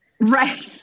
Right